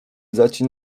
zaci